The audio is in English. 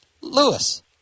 Lewis